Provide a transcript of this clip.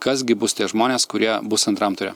kas gi bus tie žmonės kurie bus antram ture